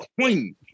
queen